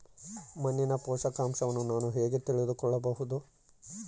ಮಣ್ಣಿನ ಪೋಷಕಾಂಶವನ್ನು ನಾನು ಹೇಗೆ ತಿಳಿದುಕೊಳ್ಳಬಹುದು?